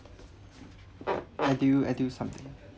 what do you eh do something